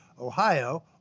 Ohio